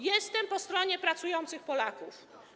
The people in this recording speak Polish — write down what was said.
Jestem po stronie pracujących Polaków.